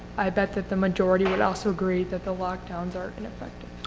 i bet that the majority would also agree that the lock downs are ineffective.